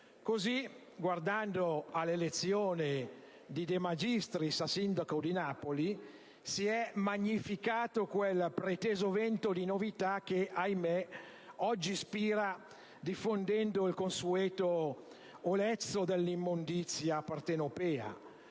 Così, guardando all'elezione di De Magistris a sindaco di Napoli, si è magnificato quel preteso vento di novità che, ahimè, oggi spira diffondendo il consueto olezzo dell'immondizia partenopea.